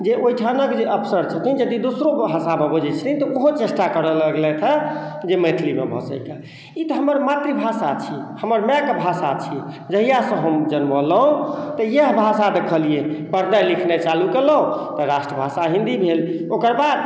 जे ओहिठामके जे अफसर छथिन जदि दोसरो भाषामे बजै छथिन तऽ ओहो चेष्टा करै लगलैथ हँ जे मैथिलीमे बजैके ई तऽ हमर मातृभाषा छी हमर माइके भाषा छी जहिआसँ हम जनमलहुँ तऽ इएह भाषा देखलिए पढ़नाइ लिखनाइ चालू केलहुँ तऽ राष्ट्रभाषा हिन्दी भेल ओकर बाद